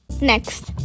Next